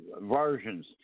versions